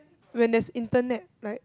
when there's internet like